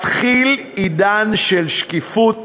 מתחיל עידן של שקיפות,